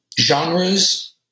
genres